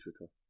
Twitter